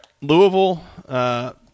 Louisville